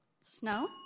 Snow